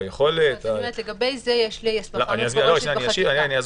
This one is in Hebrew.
היכולת -- לגבי זה יש --- אני אעזור